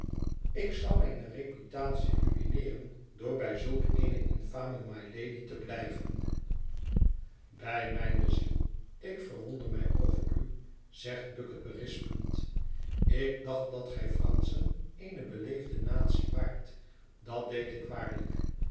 ik zou mijne reputatie ruïneeren door bij zulk eene infame mylady te blijven bij mijne ziel ik verwonder mij over u zegt bucket berispend ik dacht dat gij franschen eene beleefde natie waart dat deed ik waarlijk